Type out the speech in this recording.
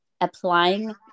applying